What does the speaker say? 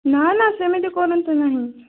ନା ନା ସେମିତି କରନ୍ତୁ ନାହିଁ